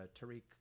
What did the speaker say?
Tariq